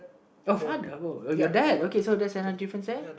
your father uh your dad okay that's another difference there